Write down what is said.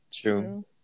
True